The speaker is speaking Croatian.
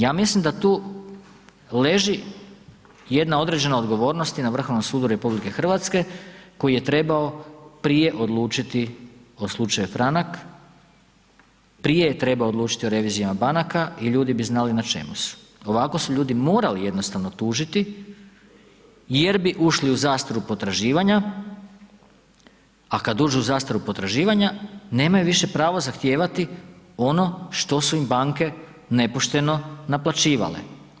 Ja mislim da tu leži jedna određena odgovornost i na Vrhovnom sudu RH koji je trebao prije odlučiti o slučaju Franak, prije je trebao odlučiti o revizijama banaka i ljudi bi znali na čemu su, ovako su ljudi morali jednostavno tužiti jer bi ušli u zastaru potraživanja, a kad uđu u zastaru potraživanja nemaju više pravo zahtijevati ono što su im banke nepošteno naplaćivale.